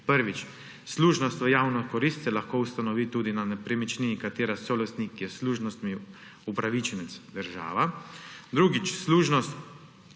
Prvič, služnost v javno korist se lahko ustanovi tudi na nepremičnini, katere solastnik je služnostni upravičenec – država. Drugič, služnost